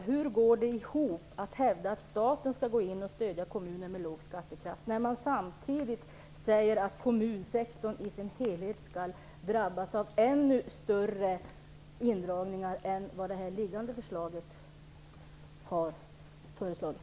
Hur går det ihop att hävda att staten skall gå in och stödja kommuner med låg skattekraft och samtidigt säga att kommunsektorn i sin helhet skall drabbas av indragningar som är ännu större än de som finns i det nu liggande förslaget?